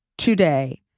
today